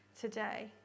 today